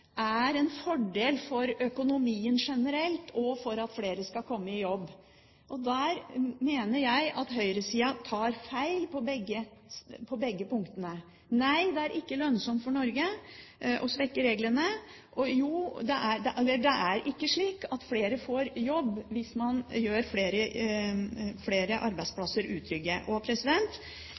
er en fordel for økonomien generelt, og for at flere skal komme i jobb. Der mener jeg at høyresida tar feil på begge punktene. Nei, det er ikke lønnsomt for Norge å svekke reglene, og det er ikke slik at flere får jobb hvis man gjør flere arbeidsplasser utrygge.